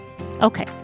Okay